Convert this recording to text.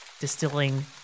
distilling